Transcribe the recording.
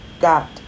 Got